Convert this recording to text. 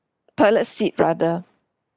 toilet seat rather